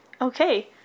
Okay